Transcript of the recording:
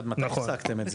עד מתי הפסקתם את זה?